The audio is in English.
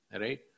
right